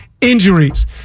injuries